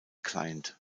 client